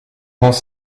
grands